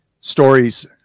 stories